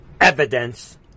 evidence